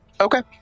Okay